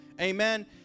Amen